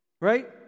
right